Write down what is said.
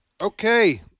Okay